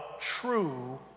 true